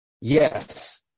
Yes